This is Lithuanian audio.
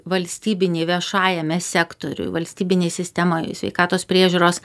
valstybinėj viešajame sektoriuj valstybinėj sistemoj sveikatos priežiūros